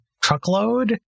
truckload